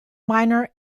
miner